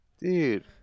Dude